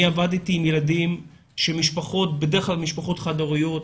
אני עבדתי עם ילדים שהם בדרך כלל ממשפחות חד הוריות.